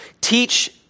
teach